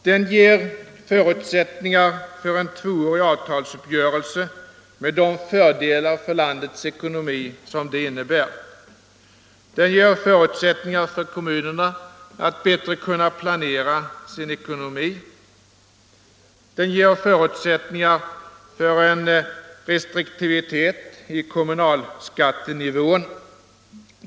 Den ger förutsättningar för en tvåårig avtalsuppgörelse med de fördelar för landets ekonomi som det innebär. Den ger förutsättningar för kommunerna att bättre kunna planera sin ekonomi. Den ger förutsättningar för en restriktivitet i kommunalskattenivån.